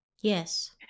Yes